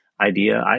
idea